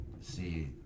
see